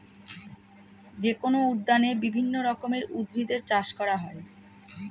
যেকোনো উদ্যানে বিভিন্ন রকমের উদ্ভিদের চাষ করা হয়